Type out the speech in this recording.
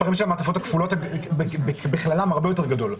המעטפות הכפולות בכללן הרבה יותר גדול.